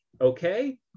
okay